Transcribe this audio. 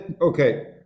okay